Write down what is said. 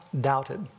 doubted